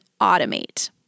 automate